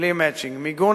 בלי "מצ'ינג"; מיגון,